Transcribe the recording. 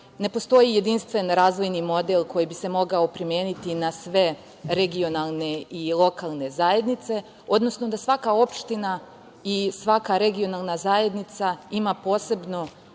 ne postoji jedinstven razvojni model koji bi se mogao primeniti na sve regionalne i lokalne zajednice, odnosno da svaka opština i svaka regionalna zajednica ima posebno